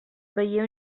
veié